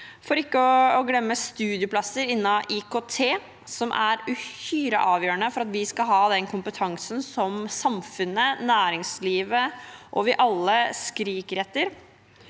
for ikke å glemme til studieplasser innen IKT, som er uhyre avgjørende for at vi skal ha den kompetansen som samfunnet, næringslivet og vi alle skriker etter.